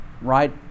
right